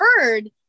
heard